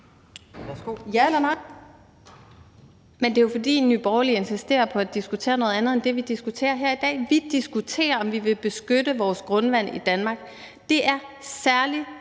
ja eller nej?